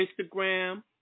Instagram